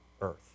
earth